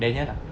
daniel ah